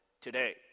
today